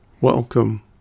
Welcome